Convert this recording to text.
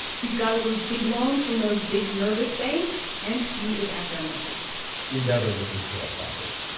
he's got all those big loans from those big nervous banks, and he is at their mercy we never listen to our fathers.